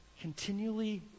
continually